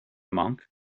monk